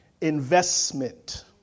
investment